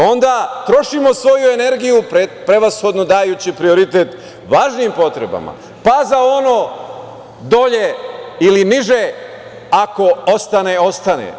Onda trošimo svoju energiju prevashodno dajući prioritet važnijim potrebama, pa za ono dole ili niže ako ostane, ostane.